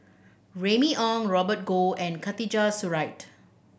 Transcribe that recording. Remy Ong Robert Goh and Khatijah Surattee